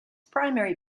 primary